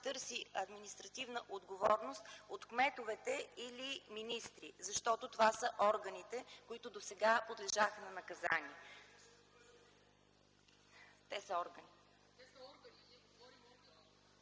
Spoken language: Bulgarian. търси административна отговорност от кметовете или министри, защото това са органите, които досега подлежаха на наказание. МИХАИЛ МИКОВ (КБ, от